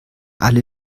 alle